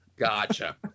Gotcha